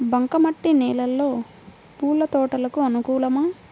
బంక మట్టి నేలలో పూల తోటలకు అనుకూలమా?